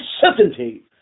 certainty